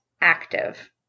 active